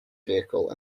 vehicle